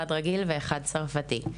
אחד רגיל ואחד צרפתי.